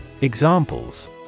Examples